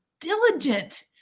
diligent